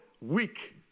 weak